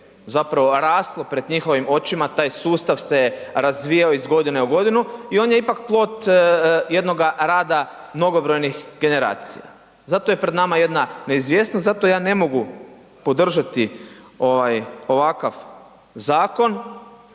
zapravo raslo pred njihovim očima, taj sustav se razvijao iz godine u godinu i on je plod jednoga rada mnogobrojnih generacija zato je pred nama jedna neizvjesnost, zato ja ne mogu podržati ovakav zakon